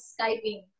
skyping